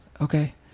okay